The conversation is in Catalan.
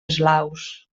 eslaus